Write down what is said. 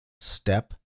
step